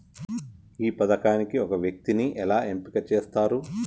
ఈ పథకానికి ఒక వ్యక్తిని ఎలా ఎంపిక చేస్తారు?